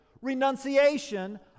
renunciation